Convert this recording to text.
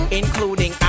including